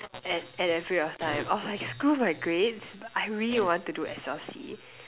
at at that period of time I was like screw my grades but I really want to do S_L_C